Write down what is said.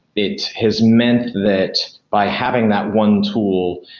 it has meant that by having that one tool,